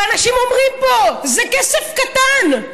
ואנשים אומרים פה: זה כסף קטן.